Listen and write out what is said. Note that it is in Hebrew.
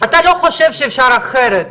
אתה לא חושב שאפשר אחרת.